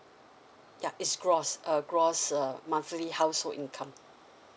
ya it's gross uh gross uh monthly household income